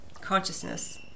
consciousness